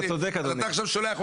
אתה צודק אדוני.